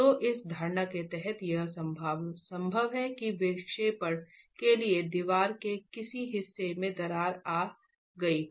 तो इस धारणा के तहत यह संभव है कि विक्षेपण के लिए दीवार के किसी हिस्से में दरार आ गई हो